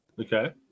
Okay